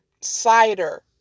Cider